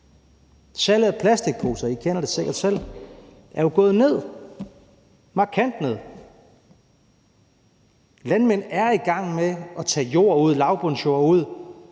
sikkert selv – er jo gået ned, markant ned. Landmænd er i gang med at tage lavbundsjorder ud,